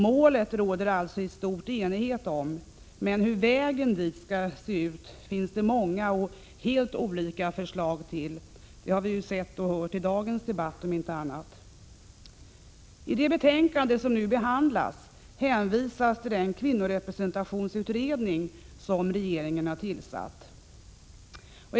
Målet råder det alltså i stor enighet om, men hur vägen dit skall se ut finns det många och helt olika förslag till. Det har vi om inte annat sett och hört i dagens debatt. I det betänkande som nu behandlas hänvisas till den kvinnorepresentationsutredning som regeringen tillsatt.